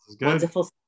Wonderful